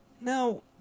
Now